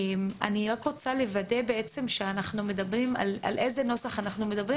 אני רק רוצה לוודא על איזה נוסח אנחנו מדברים,